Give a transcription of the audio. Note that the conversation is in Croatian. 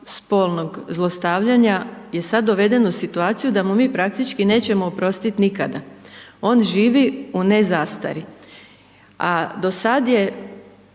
spolnog zlostavljanja je sad doveden u situaciju da mu mi praktički nećemo oprostiti nikada. On živi u ne zastari, a do sad je